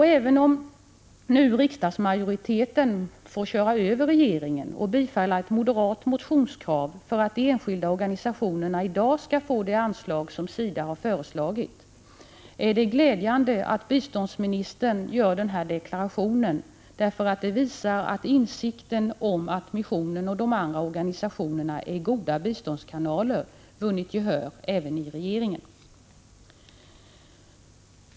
Även om nu riksdagsmajoriteten får köra över regeringen och bifalla ett moderat motionskrav för att de enskilda organisationerna i dag skall få de anslag som SIDA har föreslagit, är det glädjande att biståndsministern gör denna deklaration. Det visar att insikten om att missionsorganisationerna och de andra organisationerna är goda biståndskanaler vunnit gehör även i regeringen.